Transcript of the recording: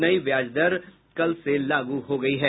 नयी ब्याज दर कल से लागू हो गयी है